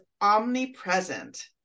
omnipresent